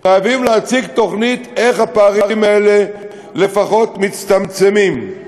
חייבים להציג תוכנית איך הפערים האלה לפחות מצטמצמים.